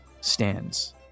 stands